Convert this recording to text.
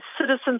citizens